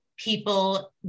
people